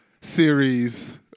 series